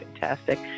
fantastic